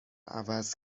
عوض